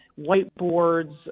whiteboards